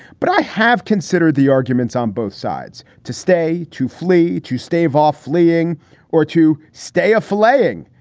but i have considered the arguments on both sides to stay, to flee, to stave off fleeing or to stay a flaying.